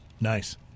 Nice